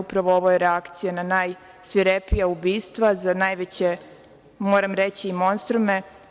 Upravo je ovo reakcija na najsvirepija ubistva, za najveće, moram reći, monstrume.